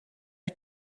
are